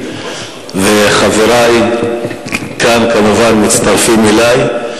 וחברי כאן כמובן מצטרפים אלי.